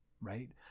Right